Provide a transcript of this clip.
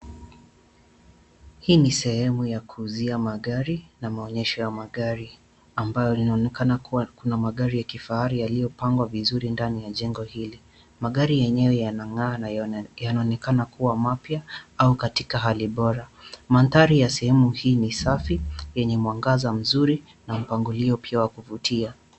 Hii ni sehemu ya kuuzia magari na maonyesho ya magari ambayo yanaonekana kuwa kuna magari ya kifahari yaliyopangwa vizuri ndani ya jengo hili. Magari yenyewe yanang'ana yanaonekana kuwa mapya au katika hali bora. Mandhari ya sehemu hii safi yenye mwangaza mzuri na mpangilio pia wa kuvutia.